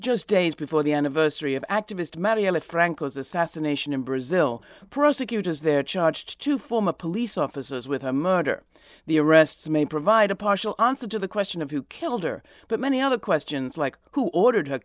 just days before the anniversary of activist mary ellen franco's assassination in brazil prosecutors their charge to form a police officers with a murder the arrests may provide a partial answer to the question of who killed her but many other questions like who ordered